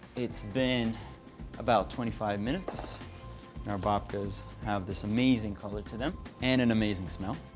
it's been about twenty five minutes, and our babkas have this amazing color to them and an amazing smell.